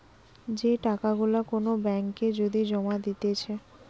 যে টাকা গুলা কোন ব্যাঙ্ক এ যদি জমা দিতেছে